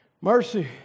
Mercy